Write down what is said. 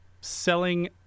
selling